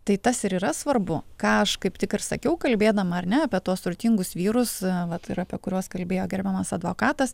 tai tas ir yra svarbu ką aš kaip tik ir sakiau kalbėdama ar ne apie tuos turtingus vyrus vat ir apie kuriuos kalbėjo gerbiamas advokatas